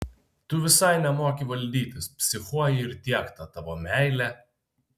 tu visai nemoki valdytis psichuoji ir tiek ta tavo meilė